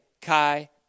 kai